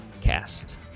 cast